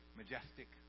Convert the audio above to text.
majestic